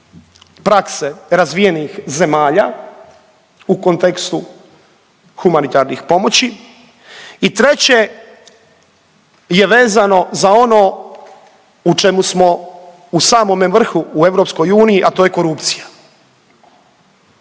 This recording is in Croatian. prakse razvijenih zemalja u kontekstu humanitarnih pomoći i treće je vezano za ono u čemu smo u samome vrhu u EU, a to je korupcija